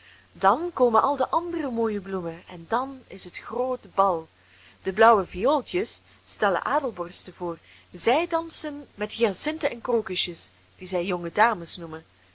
dan komen al de andere mooie bloemen en dan is het groot bal de blauwe viooltjes stellen adelborsten voor zij dansen met hyacinten en krokusjes die zij jonge dames noemen